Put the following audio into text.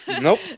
Nope